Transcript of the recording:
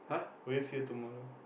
will you see her tomorrow